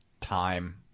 time